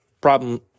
Problem